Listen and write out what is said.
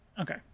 okay